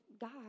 God